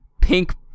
Pink